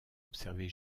observer